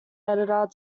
editor